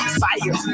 fire